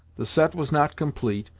the set was not complete,